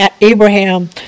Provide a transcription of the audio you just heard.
Abraham